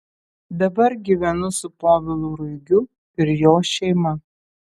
dabar gyvenu su povilu ruigiu ir jo šeima